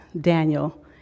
Daniel